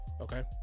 Okay